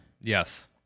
Yes